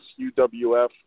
UWF